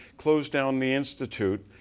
closed down the institute.